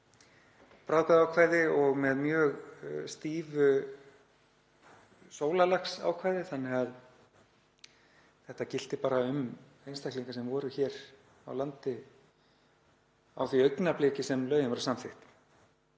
bráðabirgðaákvæði með mjög stíf sólarlagsákvæði þannig að þetta gilti bara um einstaklinga sem voru hér á landi á því augnabliki sem lögin voru samþykkt.